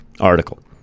article